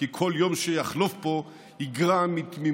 כי כל יום שיחלוף פה יגרע מתמימותי,